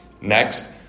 Next